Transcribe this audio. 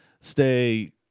stay